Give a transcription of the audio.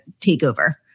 takeover